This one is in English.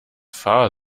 far